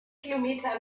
kilometer